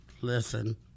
Listen